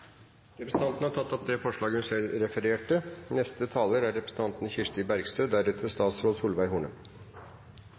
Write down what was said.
Representanten Heidi Greni har tatt opp det forslaget hun refererte til. Først vil jeg si at det er